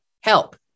help